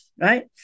right